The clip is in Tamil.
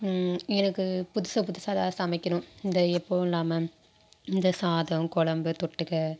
எனக்கு புதுசு புதுசாக ஏதாவது சமைக்கணும் இந்த எப்போவும் இல்லாமல் இந்த சாதம் குழம்பு தொட்டுக்க